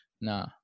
nah